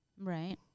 Right